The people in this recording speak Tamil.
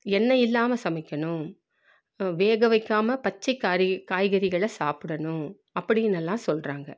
எண்ணெய் இல்லாமல் சமைக்கணும் வேகவைக்காமல் பச்சை காறி காய்கறிகளை சாப்பிடணும் அப்படின்னெல்லாம் சொல்கிறாங்க